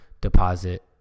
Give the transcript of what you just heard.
deposit